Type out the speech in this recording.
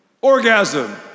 orgasm